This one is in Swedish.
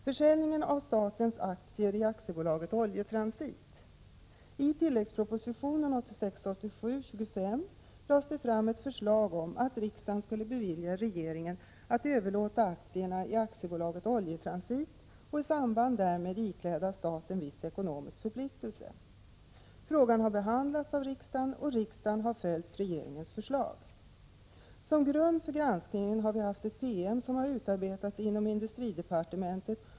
I tilläggspropositionen 1986/87:25 lades det fram ett förslag om att riksdagen skulle bevilja regeringen att överlåta aktierna i AB Oljetransit och i samband därmed ikläda staten viss ekonomisk förpliktelse. Frågan har behandlats av riksdagen, och riksdagen har följt regeringens förslag. Som grund för granskningen har vi haft en PM som har utarbetats inom industridepartementet.